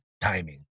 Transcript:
timing